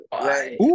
Right